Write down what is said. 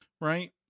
Right